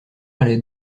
allait